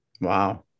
Wow